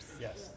Yes